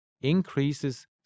increases